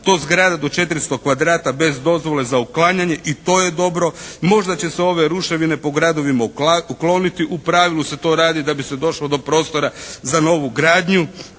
to zgrada da 400 kvadrata bez dozvole za uklanjanje, i to je dobro. Možda će se ove ruševine po gradovima ukloniti. U pravilu se to radi da bi se došlo do prostora za novu gradnju.